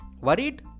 Worried